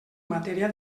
matèria